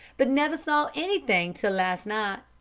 but never saw anything till last night.